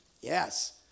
Yes